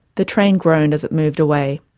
the train groaned as it moved away.